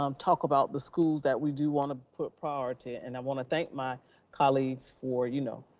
um talk about the schools that we do want to put priority. and i want to thank my colleagues for, you know,